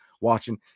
watching